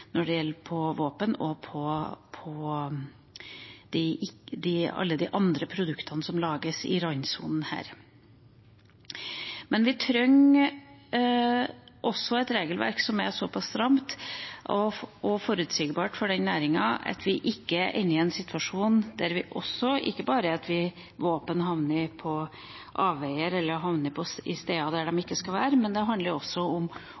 våpen og alle de andre produktene som lages i randsonen. Vi trenger også et regelverk som er såpass stramt og forutsigbart for denne næringen at vi ikke ender opp i en situasjon der ikke bare våpen havner på avveier eller på steder de ikke skal være, men der